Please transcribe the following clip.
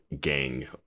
gang